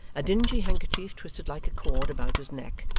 a dingy handkerchief twisted like a cord about his neck,